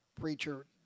preacher